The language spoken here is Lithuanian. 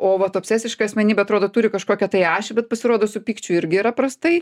o vat obsesiška asmenybė atrodo turi kažkokią tai ašį bet pasirodo su pykčiu irgi yra prastai